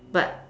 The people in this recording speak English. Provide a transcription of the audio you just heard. but